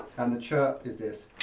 and the chirp is this.